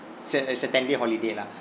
s~ it's a ten day holiday lah